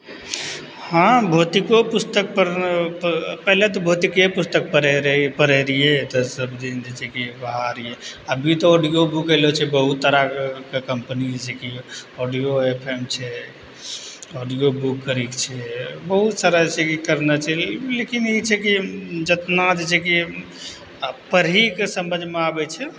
हँ भौतिको पुस्तकपर पहिले तऽ भौतिके पुस्तक पढ़ै रहि पढ़ै रहिए सबदिन जे छै की बाहरी अभी तऽ ऑडियो बुक अएलऽ छै बहुत सारा कम्पनी जैसेकि ऑडियो एफ एम छै ऑडियो बुक करिकऽ छै बहुत सारा जे छै कि करले छै लेकिन ई छै कि जतना जे छै कि पढ़िके समझमे आबै छै